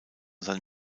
sein